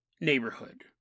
neighborhood